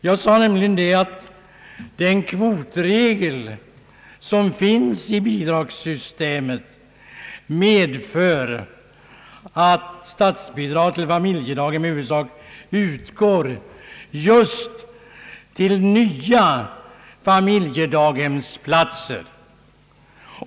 Jag sade att den kvotregel som finns i bi dragssystemet medför att statsbidrag till familjedaghem i huvudsak utgår just till nya familjedaghemsplatser.